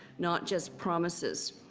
not just promises.